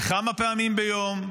לכמה פעמים ביום.